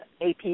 AP